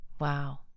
Wow